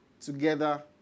together